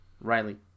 Riley